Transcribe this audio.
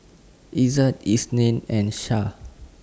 Izzat Isnin and Syah